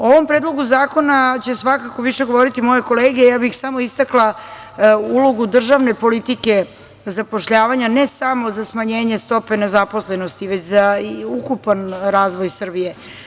O ovom predlogu zakona će svakako više govoriti moje kolege, ja bih samo istakla ulogu državne politike zapošljavanja ne samo za smanjenje stope nezaposlenosti, već i za ukupan razvoj Srbije.